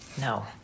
No